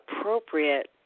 appropriate